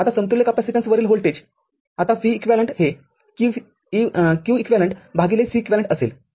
आता समतुल्य कॅपेसिटन्स वरील व्होल्टेज आता v eq हे q eqCeq असेल